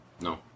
No